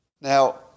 Now